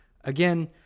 Again